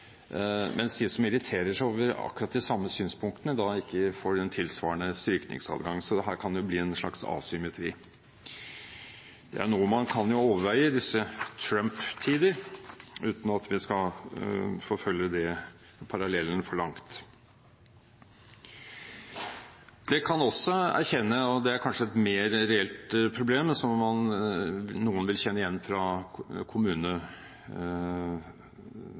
seg over akkurat de samme synspunktene, ikke får en tilsvarende strykningsadgang. Her kan det bli en slags asymmetri. Det er noe man kan overveie i disse Trump-tider, uten at vi skal forfølge den parallellen for langt. Det kan også erkjennes – og det er kanskje et mer reelt problem, som noen vil kjenne igjen fra